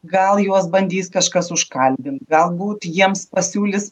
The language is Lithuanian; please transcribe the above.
gal juos bandys kažkas užkalbint galbūt jiems pasiūlys